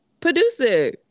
producer